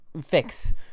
fix